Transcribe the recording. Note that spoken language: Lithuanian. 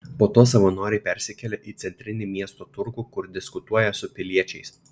po to savanoriai persikelia į centrinį miesto turgų kur diskutuoja su piliečiais